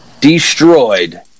destroyed